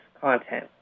content